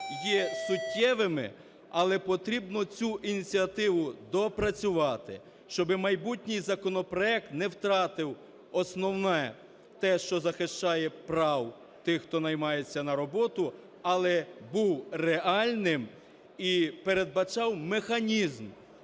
є суттєвими, але потрібно цю ініціативу доопрацювати, щоб майбутній законопроект не втратив основне те, що захищає права тих, хто наймається на роботу, але був реальним і передбачав механізм